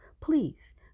please